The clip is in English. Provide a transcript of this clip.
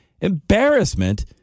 Embarrassment